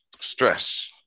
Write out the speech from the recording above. stress